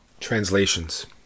Translations